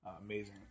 amazing